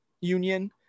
union